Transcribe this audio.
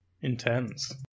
Intense